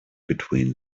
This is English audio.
between